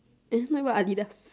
it's not even Adidas